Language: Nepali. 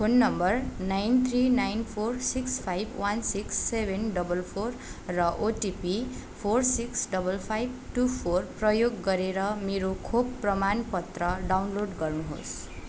phone number nine three nine four six five one six seven double four र OTP four six double five two four प्रयोग गरेर मेरो खोप प्रमाण पत्र डाउनलोड गर्नुहोस्